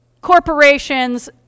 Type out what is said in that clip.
corporations